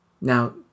Now